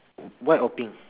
white or pink